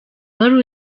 wari